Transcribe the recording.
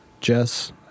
Jess